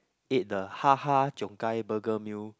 ate the Ha Ha-Cheong-Gai burger meal